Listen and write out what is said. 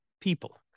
people